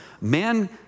Man